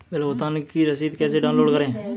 Bill भुगतान की रसीद कैसे डाउनलोड करें?